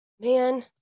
man